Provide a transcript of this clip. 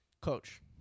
coach